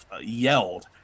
yelled